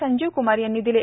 संजीव क्मार यांनी दिले